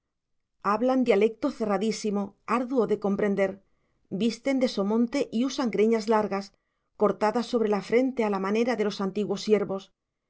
hablan dialecto cerradísimo arduo de comprender visten de somonte y usan greñas largas cortadas sobre la frente a la manera de los antiguos siervos